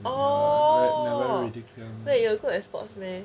oh wait you are good at sports meh